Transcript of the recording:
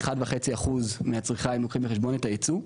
וכ-1.5% מהצריכה, אם לוקחים בחשבון את הייצוא.